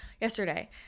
yesterday